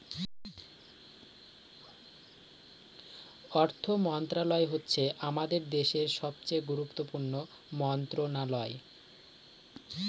অর্থ মন্ত্রণালয় হচ্ছে আমাদের দেশের সবচেয়ে গুরুত্বপূর্ণ মন্ত্রণালয়